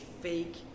fake